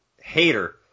hater